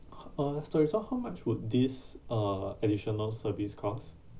uh sorry so how much would this uh additional service costs